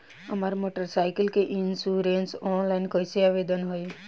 हमार motorcycle के insurance online कईसे आवेदन होई?